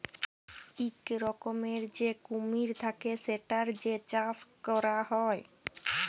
ইক রকমের যে কুমির থাক্যে সেটার যে চাষ ক্যরা হ্যয়